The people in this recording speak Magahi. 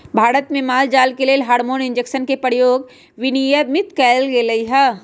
भारत में माल जाल के लेल हार्मोन इंजेक्शन के प्रयोग विनियमित कएल गेलई ह